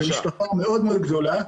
כמשפחה מאוד מאוד גדולה,